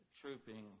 trooping